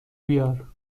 بیار